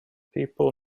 people